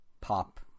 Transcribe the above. pop